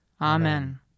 Amen